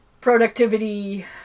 productivity